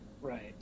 Right